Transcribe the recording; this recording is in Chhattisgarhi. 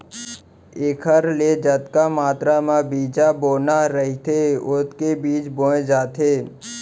एखर ले जतका मातरा म बीजा बोना रहिथे ओतने बीजा बोए जाथे